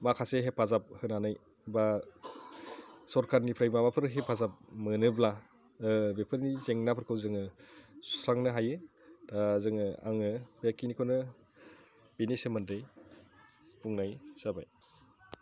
माखासे हेफाजाब होनानै बा सरखारनिफ्राय माबाफोर हेफाजाब मोनोब्ला बेफोरनि जेंनाफोरखौ जोङो सुस्रांनो हायो दा जोङो आङो बेखिनिखौनो बिनि सोमोन्दै बुंनाय जाबाय